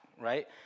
right